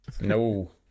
no